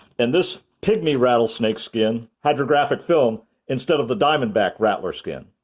and this pygmy rattlesnake skin hydrographic film instead of the diamondback rattler skin.